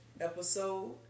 episode